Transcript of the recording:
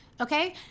okay